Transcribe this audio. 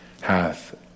hath